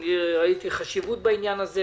אני ראיתי חשיבות בעניין הזה.